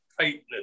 tightness